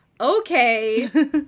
okay